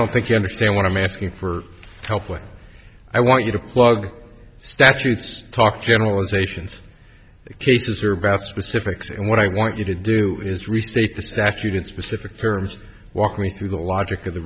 don't think you understand what i'm asking for help when i want you to plug statutes talk generalizations cases are about specifics and what i want you to do is restate the statute in specific terms walk me through the logic of the